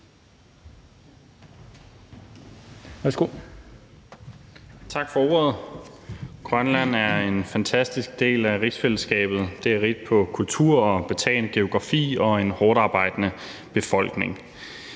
Tak for ordet. Grønland er en fantastisk del af rigsfællesskabet. Det er rigt på kultur og har en betagende geografi og en hårdtarbejdende befolkning.